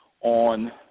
on